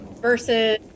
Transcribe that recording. Versus